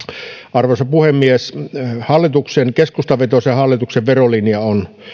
arvoisa puhemies keskustavetoisen hallituksen verolinja on